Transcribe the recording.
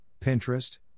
Pinterest